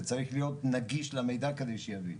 וצריך להיות נגיש למידע כדי שיבין